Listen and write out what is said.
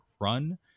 run